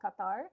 qatar